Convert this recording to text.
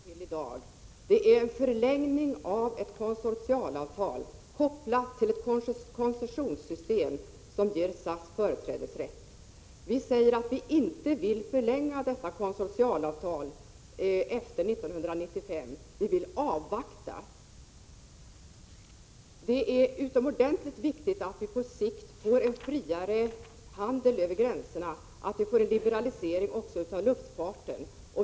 Herr talman! Det vi tar ställning till i dag är förlängningen av ett konsortialavtal, kopplat till ett koncessionssystem som ger SAS företrädesrätt. Vi säger att vi inte nu vill förlänga detta konsortialavtal från år 1995 till år 2005. Vi vill avvakta. Det är utomordentligt viktigt att vi på sikt får en friare handel över gränserna och att vi får en liberalisering också av luftfarten.